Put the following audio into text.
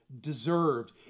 deserved